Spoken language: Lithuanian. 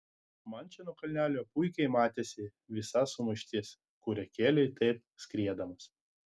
man čia nuo kalnelio puikiai matėsi visa sumaištis kurią kėlei taip skriedamas